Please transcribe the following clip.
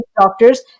doctors